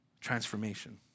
transformation